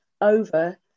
over